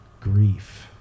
Grief